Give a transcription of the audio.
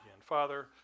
Father